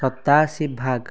ସତାଅଶୀ ଭାଗ